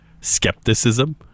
skepticism